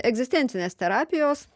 egzistencinės terapijos